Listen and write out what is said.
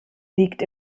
liegt